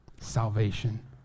salvation